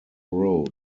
road